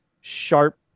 sharp